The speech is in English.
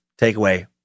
takeaway